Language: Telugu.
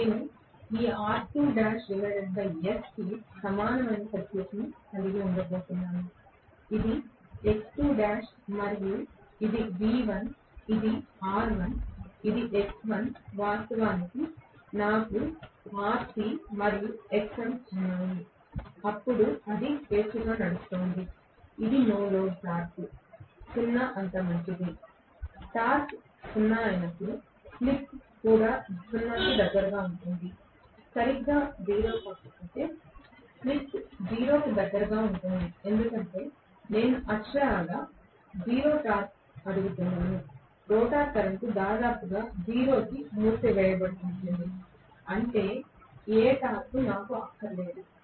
నేను ఈ R2ls కి సమానమైన సర్క్యూట్ కలిగి ఉండబోతున్నాను ఇది X2l మరియు ఇది V1 ఇది R1 ఇది X1 వాస్తవానికి నాకు Rc మరియు Xm ఉన్నాయి అప్పుడు అది స్వేచ్ఛగా నడుస్తోంది ఇది నో లోడ్ టార్క్ 0 అంత మంచిది టార్క్ 0 అయినప్పుడు స్లిప్ కూడా 0 కి దగ్గరగా ఉంటుంది సరిగ్గా 0 కాకపోతే స్లిప్ 0 కి దగ్గరగా ఉంటుంది ఎందుకంటే నేను అక్షరాలా 0 టార్క్ అడుగుతున్నాను రోటర్ కరెంట్ దాదాపు 0 కి మూసివేయబడుతుంది అంటే ఏ టార్క్ నాకు అక్కరలేదు